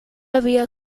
había